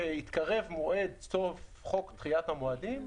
כשהתקרב המועד של סוף דחיית המועדים,